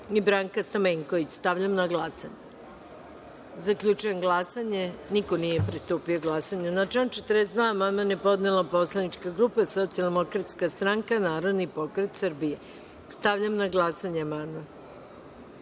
i Branka Stamenković. Stavljam na glasanje ovaj amandman. Zaključujem glasanje – niko nije pristupio glasanju. Na član 48. amandman je podnela Poslanička grupa Socijaldemokratska stranka, Narodni pokret Srbije. Stavljam na glasanje ovaj